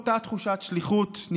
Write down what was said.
ממשית.